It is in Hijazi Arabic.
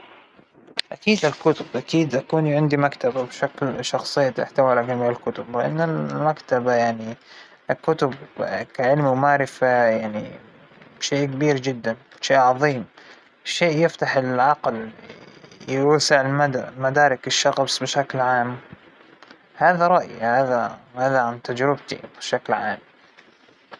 راح اختار المكتبة الشخصية ل فكرة أنه يكون عندى جميع الكتب المكتوبة لين الحين، هذى لحالها فكرة مؤثرة جداً جداً، أنه انت بتمتلك كل المعلومات المكتوبة، أعتقد أن راح أكون أثرى شخص على وجه الأرض، لو هاى الشى صار طبعاً اللوحات مهمة بس مو مو قدر الكتب.